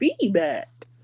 feedback